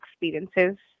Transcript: experiences